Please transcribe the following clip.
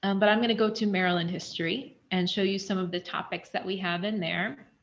um but i'm going to go to maryland history and show you some of the topics that we have in there.